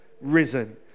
risen